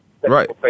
right